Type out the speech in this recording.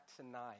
tonight